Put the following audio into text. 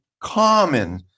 common